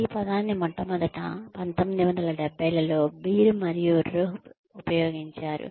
ఈ పదాన్ని మొట్టమొదట 1970 లలో బీర్ మరియు రుహ్ ఉపయోగించారు